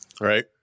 Right